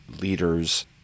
leaders